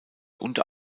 unter